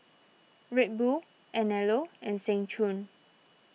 Red Bull Anello and Seng Choon